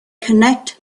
connect